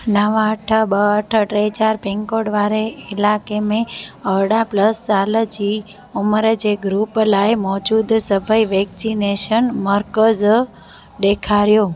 नव अठ ॿ अठ टे चारि पिनकोड वारे इलाइके में साल जी उमिरि जे ग्रूप लाइ मौज़ूदु सभई वैक्सिनेशन मर्कज़ ॾेखारियो